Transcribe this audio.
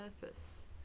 purpose